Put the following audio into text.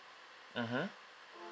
mmhmm